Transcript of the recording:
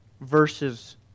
versus